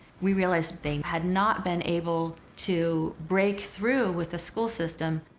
we realized they had not been able to break through with the school system,